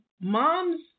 moms